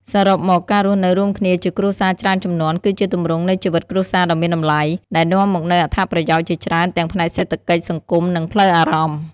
សរុបមក ការរស់នៅរួមគ្នាជាគ្រួសារច្រើនជំនាន់ គឺជាទម្រង់នៃជីវិតគ្រួសារដ៏មានតម្លៃ ដែលនាំមកនូវអត្ថប្រយោជន៍ជាច្រើនទាំងផ្នែកសេដ្ឋកិច្ច សង្គម និងផ្លូវអារម្មណ៍។